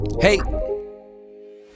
Hey